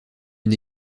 une